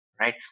right